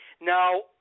Now